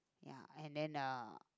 ya and then uh